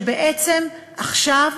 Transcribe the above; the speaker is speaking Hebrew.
שבעצם עכשיו,